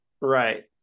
Right